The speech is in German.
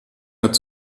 hat